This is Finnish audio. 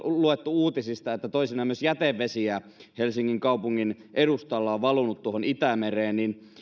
luettu uutisista että toisinaan myös jätevesiä helsingin kaupungin edustalla on valunut tuohon itämereen